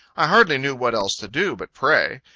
i hardly knew what else to do, but pray.